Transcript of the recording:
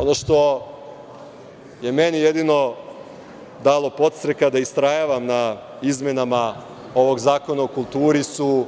Ono što je meni jedino dalo podstreka da istrajavam na izmenama ovog Zakona o kulturu su